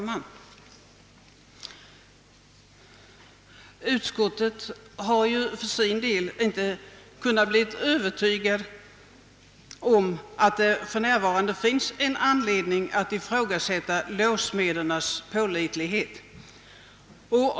Herr talman! Vi inom utskottsmajoriteten har inte kunnat bli övertygade om att det för närvarande finns anledning att ifrågasätta låssmedernas pålitlighet.